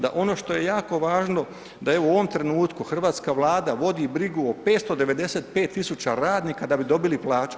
Da ono što je jako važno, da evo, u ovom trenutku, hrvatska Vlada vodi brigu o 595 tisuća radnika da bi dobili plaću.